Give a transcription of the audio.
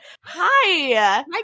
Hi